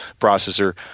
processor